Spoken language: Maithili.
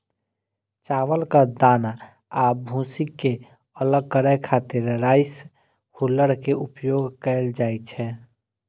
चावलक दाना आ भूसी कें अलग करै खातिर राइस हुल्लर के उपयोग कैल जाइ छै